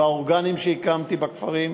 והאורגנים שהקמתי בכפרים,